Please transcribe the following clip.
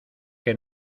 que